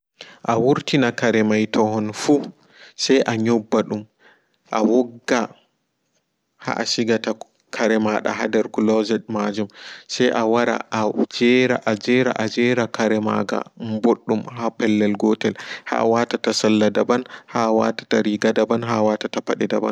A wurtina karemai tawon fu se anyoɓɓa dum awogga ha asigata karema da ha nder closet majum se awara ajera kare maga ɓoddum ha pellel gotel ha awatata sarla daɓan ha awatata riga daɓan ha awatata pade daɓan.